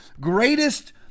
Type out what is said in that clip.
greatest